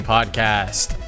Podcast